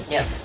Yes